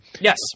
Yes